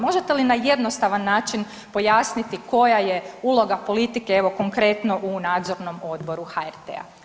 Možete li na jednostavan način pojasniti koja je uloga politike, evo, konkretno u Nadzornom odboru HRT-a?